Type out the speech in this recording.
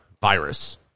virus